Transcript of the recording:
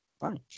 fine